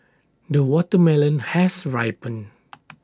the watermelon has ripened